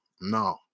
No